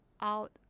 out